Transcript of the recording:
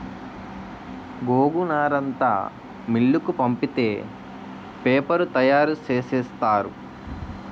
గోగునారంతా మిల్లుకు పంపితే పేపరు తయారు సేసేత్తారు